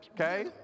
okay